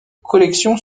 collections